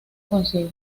consigue